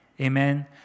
Amen